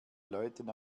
leuten